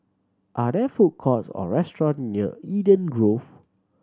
are there food courts or restaurant near Eden Grove